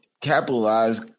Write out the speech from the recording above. capitalize